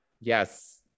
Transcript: Yes